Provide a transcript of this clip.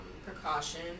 precaution